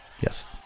yes